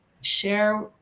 share